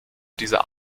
dieser